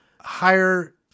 higher